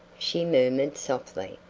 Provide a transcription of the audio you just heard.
she murmured softly,